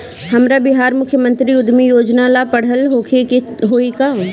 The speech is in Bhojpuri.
हमरा बिहार मुख्यमंत्री उद्यमी योजना ला पढ़ल होखे के होई का?